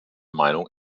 meinung